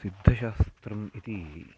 सिद्धशास्त्रम् इति